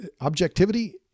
Objectivity